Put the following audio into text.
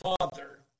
Father